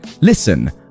listen